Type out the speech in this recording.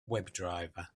webdriver